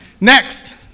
Next